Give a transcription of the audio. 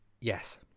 Yes